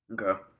Okay